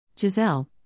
Giselle